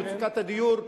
מצוקת הדיור,